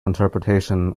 interpretation